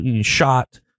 shot